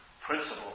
principle